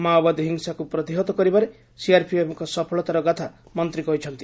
ମାଓବାଦୀ ହିଂସା ପ୍ରତିହତ କରିବାରେ ସିଆର୍ପିଏଫ୍ଙ୍କ ସଫଳତାର ଗାଥା ମନ୍ତ୍ରୀ କହିଛନ୍ତି